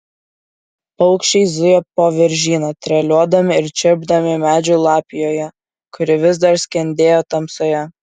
paukščiai zujo po viržyną treliuodami ir čirpdami medžių lapijoje kuri vis dar skendėjo tamsoje